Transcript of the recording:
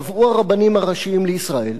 קבעו הרבנים הראשיים לישראל